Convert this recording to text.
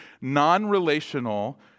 non-relational